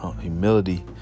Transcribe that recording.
humility